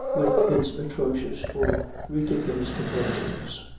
with its atrocious or ridiculous conventions.